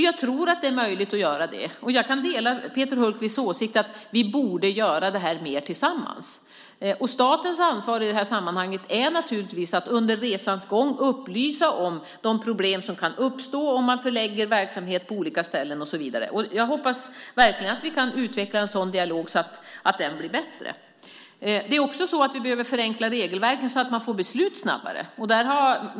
Jag tror att det är möjligt, och jag kan dela Peter Hultqvists åsikt att vi borde göra det mer tillsammans. Statens ansvar i detta sammanhang är naturligtvis att under resans gång upplysa om de problem som kan uppstå om man förlägger verksamhet på olika ställen och så vidare. Jag hoppas verkligen att vi kan utveckla en sådan bättre dialog. Vi behöver även förenkla regelverken så att man får besluten snabbare.